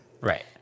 Right